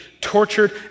tortured